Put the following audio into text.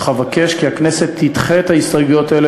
אך אבקש כי הכנסת תדחה את ההסתייגויות האלה